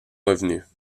revenues